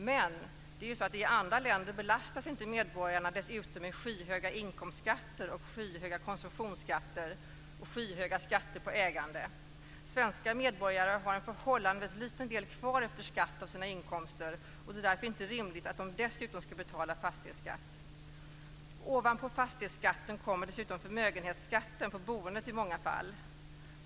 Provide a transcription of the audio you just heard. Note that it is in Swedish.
Men i andra länder belastas inte medborgarna dessutom med skyhöga inkomstskatter, skyhöga konsumtionsskatter och skyhöga skatter på ägande. Svenska medborgare har en förhållandevis liten del kvar efter skatt av sina inkomster och det är därför inte rimligt att de dessutom ska betala fastighetsskatt. Ovanpå fastighetsskatten kommer dessutom i många fall förmögenhetsskatten på boendet.